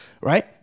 right